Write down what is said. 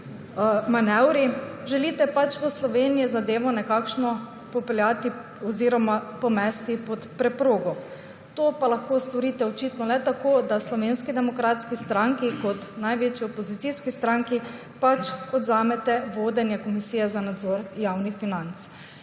manevri želite pač v Sloveniji zadevo pomesti pod preprogo. To pa lahko storite očitno le tako, da Slovenski demokratski stranki kot največji opozicijski stranki odvzamete vodenje Komisije za nadzor javnih financ.